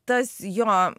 tas jo